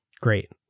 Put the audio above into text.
Great